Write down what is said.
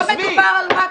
--- אבל לא מדובר על ווטסאפ.